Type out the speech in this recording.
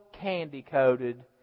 candy-coated